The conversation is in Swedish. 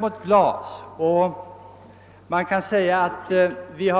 Vid 1960-talets början började vi